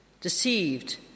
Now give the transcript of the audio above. deceived